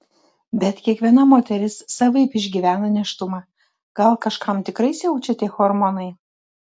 bet kiekviena moteris savaip išgyvena nėštumą gal kažkam tikrai siaučia tie hormonai